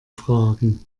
fragen